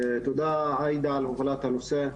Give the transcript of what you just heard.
תודה עאידה על הובלת הנושא,